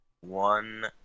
one